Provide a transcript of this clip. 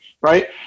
right